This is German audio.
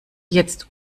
jetzt